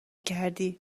کردی